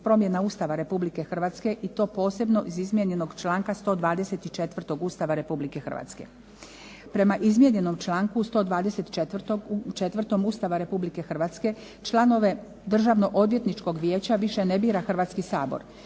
promjena Ustava Republike Hrvatske i to posebno iz izmijenjenog članka 124. Ustava Republike Hrvatske. Prema izmijenjenom članku 124. Ustava Republike Hrvatske članove Državno-odvjetničkog vijeća više ne bira Hrvatski sabor,